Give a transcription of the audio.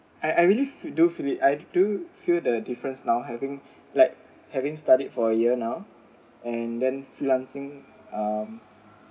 I I really feel do feel it I do feel the difference now having like having studied for a year now and then freelancing um